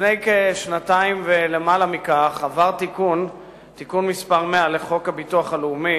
לפני שנתיים או יותר עבר תיקון מס' 100 לחוק הביטוח הלאומי,